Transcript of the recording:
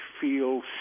feel